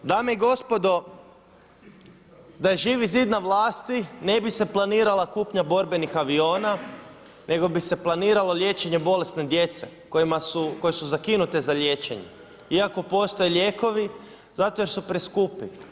Dame i gospodo, da je Živi zid na vlasti ne bi se planirala kupnja borbenih aviona, nego bi se planiralo liječenje bolesne djece koja su zakinuta za liječenje, iako postoje lijekovi zato jer su preskupi.